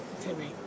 Timmy